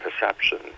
perception